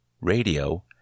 RADIO